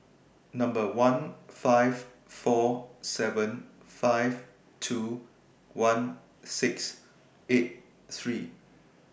Number one five four seven five two one six eight three